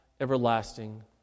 everlasting